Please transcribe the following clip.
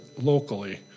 locally